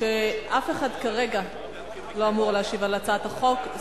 שאף אחד כרגע לא אמור להשיב על הצעת החוק.